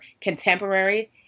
contemporary